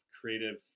creative